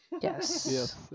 Yes